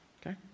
Okay